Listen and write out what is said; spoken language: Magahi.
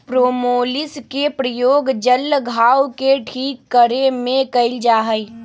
प्रोपोलिस के प्रयोग जल्ल घाव के ठीक करे में कइल जाहई